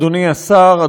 אדוני השר,